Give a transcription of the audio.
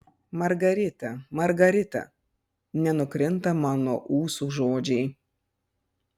margarita margarita nenukrinta man nuo ūsų žodžiai